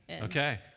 Okay